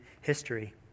history